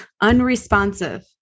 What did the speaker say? Unresponsive